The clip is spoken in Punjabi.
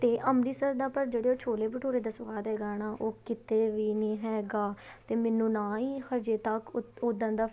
ਅਤੇ ਅੰਮ੍ਰਿਤਸਰ ਦਾ ਪਰ ਜਿਹੜੇ ਉਹ ਛੋਲੇ ਭਟੂਰੇ ਦਾ ਸਵਾਦ ਹੈਗਾ ਨਾ ਉਹ ਕਿਤੇ ਵੀ ਨਹੀਂ ਹੈਗਾ ਅਤੇ ਮੈਨੂੰ ਨਾ ਹੀ ਹਜੇ ਤੱਕ ਉੱਦਾਂ ਦਾ